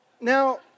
Now